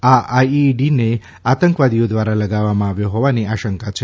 આ આઇઇડીને આતંકવાદીઓ દ્વારા લગાવવામાં આવ્યો હોવાની આશંકા છે